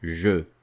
je